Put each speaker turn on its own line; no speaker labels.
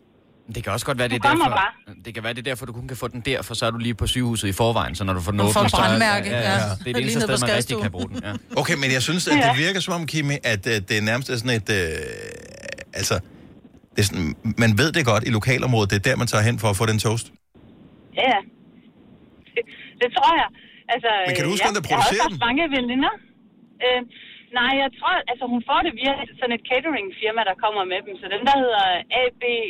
Det kan også godt være,
Du
det er
kommer
derfor-
bare.
Det kan være, det er derfor, du kun kan få den der, for så er du lige på sygehuset i forvejen, så når du får den
Du får
åbnet, så er-
brandmærke,
Ja, ja,
ja.
ja. Det er det
Lige
eneste
ned
sted,
på
man rigtig
skadestuen.
kan bruge den, ja.
Okay, men jeg synes, at det
Ja.
virker som om, Kimi, at, øh, det er nærmest er sådan et, øh, altså, det er sådan- man ved det godt i lokalområdet, det er der, man tager hen for at få den toast.
Ja. Det- det tror jeg. Altså,
Men kan du
øh,
huske,
ja.
hvem der
Jeg har også
producerer den?
haft mange veninder. Øh, nej, jeg tror, altså, hun får det via sådan et cateringfirma, der kommer med dem. Så den, der hedder AB,